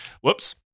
whoops